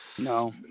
No